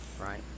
Right